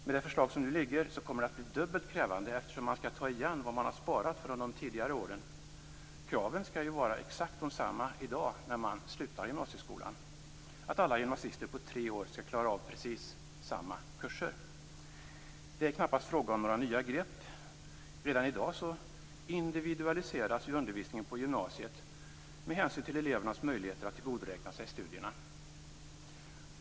Med det förslag som nu ligger kommer det att bli dubbelt så krävande, eftersom man skall ta igen det som man har sparat från tidigare år. Kraven skall ju vara exakt desamma i dag när man slutar gymnasieskolan. Alla gymnasister skall på tre år klara av precis samma kurser. Det är knappast fråga om några nya grepp. Redan i dag individualiseras undervisningen på gymnasiet med hänsyn till elevernas möjligheter att tillgodoräkna sig studierna.